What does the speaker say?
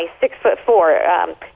six-foot-four